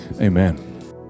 Amen